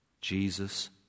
Jesus